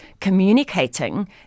communicating